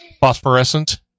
phosphorescent